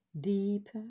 deeper